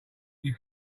you